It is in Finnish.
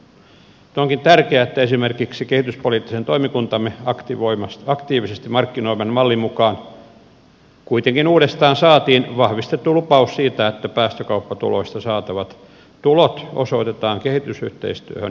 onkin tärkeää että esimerkiksi kehityspoliittisen toimikuntamme aktiivisesti markkinoiman mallin mukaan kuitenkin uudestaan saatiin vahvistettu lupaus siitä että päästökauppatuloista saatavat tulot osoitetaan kehitysyhteistyöhön ja ilmastomuutoksen torjumiseen